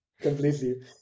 Completely